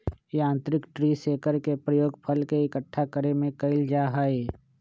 यांत्रिक tree shaker के प्रयोग फल के इक्कठा करे में कइल जाहई